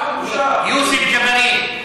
יוסף ג'בארין.